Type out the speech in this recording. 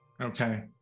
Okay